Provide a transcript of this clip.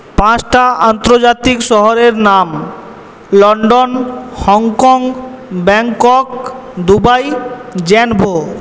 পাঁচটা আন্ত্রজাতিক শহরের নাম লন্ডন হংকং ব্যাংকক দুবাই